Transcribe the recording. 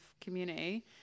community